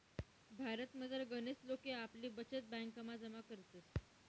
भारतमझार गनच लोके आपली बचत ब्यांकमा जमा करतस